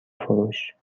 فروش